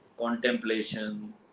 contemplation